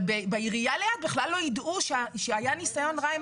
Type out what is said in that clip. אבל בעירייה ליד בכלל לא ידעו שהיה ניסיון רע עם